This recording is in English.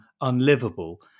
unlivable